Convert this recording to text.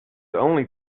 only